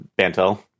Bantel